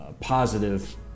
positive